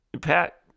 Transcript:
Pat